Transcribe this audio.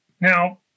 Now